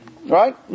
Right